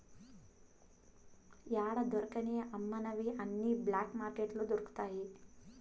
యాడా దొరకని అమ్మనివి అన్ని బ్లాక్ మార్కెట్లో దొరుకుతాయి